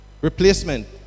replacement